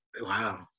wow